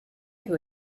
who